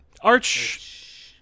arch